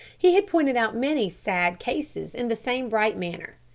he had pointed out many sad cases in the same bright manner.